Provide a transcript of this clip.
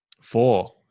Four